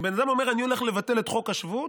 אם בן אדם אומר: אני הולך לבטל את חוק השבות,